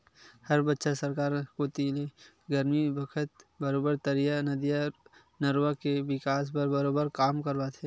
हर बछर सरकार कोती ले गरमी बखत बरोबर तरिया, नदिया, नरूवा के बिकास बर बरोबर काम करवाथे